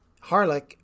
Harlech